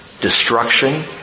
destruction